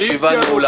הישיבה נעולה.